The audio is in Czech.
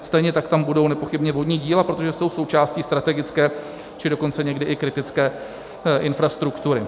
Stejně tak tam budou nepochybně vodní díla, protože jsou součástí strategické, či dokonce někdy i kritické infrastruktury.